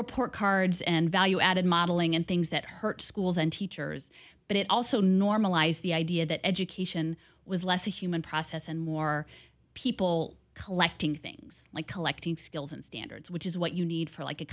report cards and value added modeling and things that hurt schools and teachers but it also normalize the idea that education was less a human process and more people collecting things like collecting skills and standards which is what you need for like a